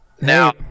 Now